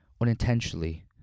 unintentionally